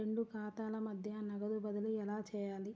రెండు ఖాతాల మధ్య నగదు బదిలీ ఎలా చేయాలి?